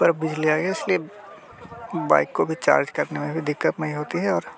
पर अब बिजली आ गई इसलिए बाइक को भी चार्ज करने में भी दिक़्क़त नहीं होती है और